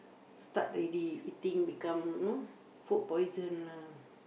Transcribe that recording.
start already eating become you know food poison lah